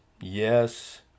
yes